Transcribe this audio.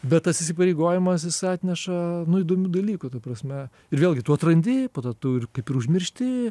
bet tas įsipareigojimas jis atneša įdomių dalykų ta prasme ir vėlgi tu atrandi po to tu ir kaip ir užmiršti